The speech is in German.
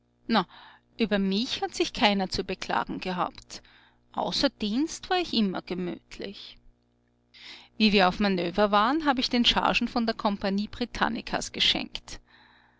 über mich hat sich keiner zu beklagen gehabt außer dienst war ich immer gemütlich wie wir auf manöver waren hab ich den chargen von der kompagnie britannikas geschenkt